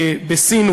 בסין,